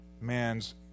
man's